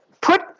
put